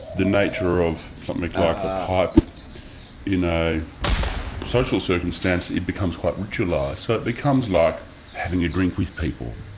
the nature of something like a pipe in a social circumstance, it becomes quite ritualised. so it becomes like having a drink with people.